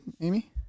Amy